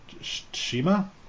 Shima